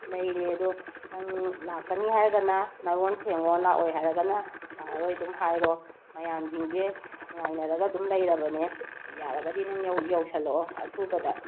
ꯂꯩꯔꯦ ꯑꯗꯣ ꯅꯪ ꯂꯥꯛꯀꯅꯤ ꯍꯥꯏꯔꯒꯅ ꯅꯔꯣꯟ ꯁꯦꯡꯑꯣ ꯂꯥꯏꯑꯣꯏ ꯍꯥꯏꯔꯒꯅ ꯂꯥꯛꯑꯔꯣꯏ ꯑꯗꯨꯝ ꯍꯥꯏꯔꯣ ꯃꯌꯥꯝꯁꯤꯡꯁꯦ ꯉꯥꯏꯅꯔꯒ ꯑꯗꯨꯝ ꯂꯩꯔꯕꯅꯦ ꯌꯥꯔꯒꯗꯤ ꯅꯪ ꯌꯧꯁꯤꯜꯂꯛꯑꯣ ꯑꯊꯨꯕꯗ